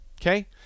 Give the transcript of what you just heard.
Okay